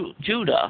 Judah